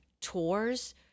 tours